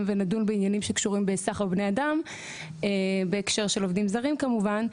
ונדון בעניינים שקשורים בסחר בבני אדם בהקשר של עובדים זרים כמובן,